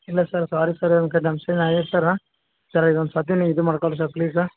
ಇಲ್ಲ sir sorry sir ಆಗೈತ್ sir sir ಇದೊಂದು ಸರ್ತಿ ನೀವು ಇದು ಮಾಡಿಕೊಳ್ರಿ ಸರ್ ಪ್ಲೀಸ